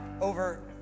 over